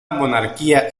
monarquía